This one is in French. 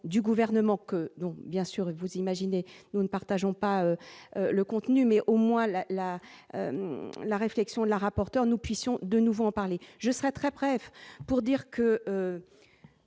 du gouvernement que non, bien sûr, vous imaginez, nous ne partageons pas le contenu mais au moins la la la réflexion de la rapporteure, nous puissions de nouveau en parler, je serais très pref pour dire que